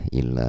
il